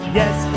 yes